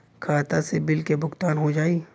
खाता से बिल के भुगतान हो जाई?